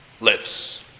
lives